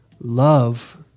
Love